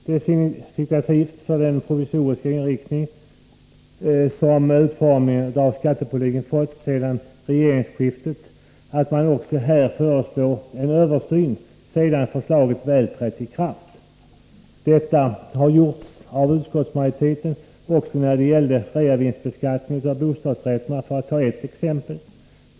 Det är signifikativt för den provisoriska inriktning som utformningen av skattepolitiken har fått sedan regeringsskiftet att man också här föreslår en översyn sedan förslaget väl trätt i kraft. Detta har gjorts av utskottsmajoriteten också när det gällde reavinstbeskattningen av bostadsrätter för att ta ett exempel.